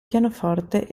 pianoforte